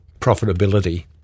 profitability